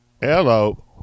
Hello